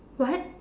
what